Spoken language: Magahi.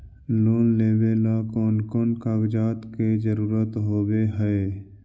लोन लेबे ला कौन कौन कागजात के जरुरत होबे है?